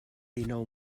dinou